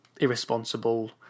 irresponsible